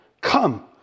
Come